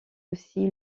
aussi